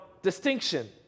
distinction